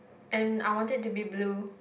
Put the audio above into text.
and I want it to be blue